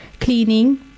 Cleaning